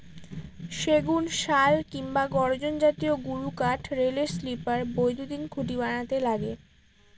সেগুন, শাল কিংবা গর্জন জাতীয় গুরুকাঠ রেলের স্লিপার, বৈদ্যুতিন খুঁটি বানাতে লাগে